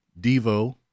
Devo